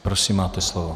Prosím máte slovo.